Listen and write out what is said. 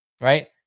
right